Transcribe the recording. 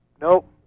nope